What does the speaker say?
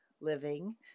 living